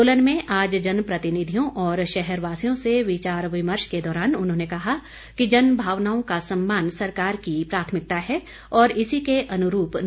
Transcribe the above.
सोलन में आज जनप्रतिनिधियों और शहरवासियों से विचार विमर्श के दौरान उन्होंने कहा कि जनभावनाओं का सम्मान सरकार की प्राथमिकता है और इसी के अनुरूप निर्णय लिए जा रहे हैं